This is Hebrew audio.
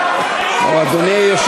לו על מה להגיב.